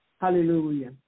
Hallelujah